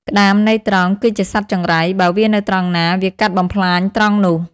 ក្ដាម ន័យត្រង់ គឺជាសត្វចង្រៃ បើវានៅត្រង់ណា វាកាត់បំផ្លាញត្រង់នោះ ។